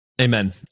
Amen